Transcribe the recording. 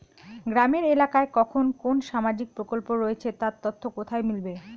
গ্রামের এলাকায় কখন কোন সামাজিক প্রকল্প রয়েছে তার তথ্য কোথায় মিলবে?